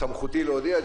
סמכותי להודיע.